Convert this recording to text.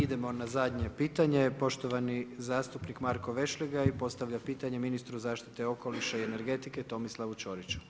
I idemo na zadnje pitanje, poštovani zastupnik Marko Vešligaj postavlja pitanje ministru zaštite okoliša i energetike Tomislavu Ćoriću.